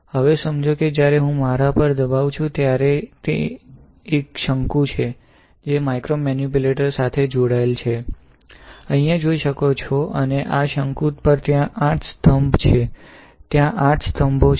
હવે સમજો કે જ્યારે હું મારા પર દબાવું છું ત્યારે ત્યાં એક શંકુ છે જે માઇક્રોમેનિપ્યુલેટર સાથે જોડાયેલ છે અહીં જોઈ શકો છો અને આ શંકુ પર ત્યાં 8 સ્તંભ છે ત્યાં 8 સ્તંભો છે